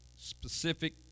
specific